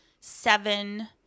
seven